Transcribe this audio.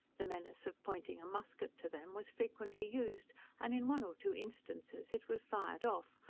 the menace of pointing a musquet to them was frequently used and in one or two instances it was fired off,